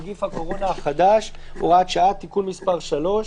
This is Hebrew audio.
נגיף הקורונה החדש (הוראת שעה) (תיקון מס' 3)